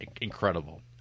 incredible